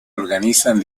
organizan